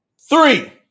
three